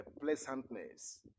pleasantness